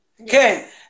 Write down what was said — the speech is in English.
Okay